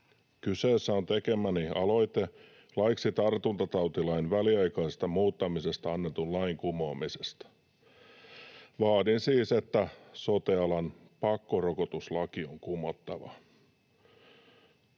Kyseessä on tekemäni aloite laiksi tartuntatautilain väliaikaisesta muuttamisesta annetun lain kumoamisesta. Vaadin siis, että sote-alan pakkorokotuslaki on kumottava.